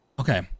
okay